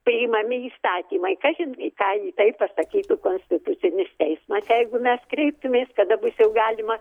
priimami įstatymai kas į ką į tai pasakytų konstitucinis teismas jeigu mes kreiptumės kada bus jau galima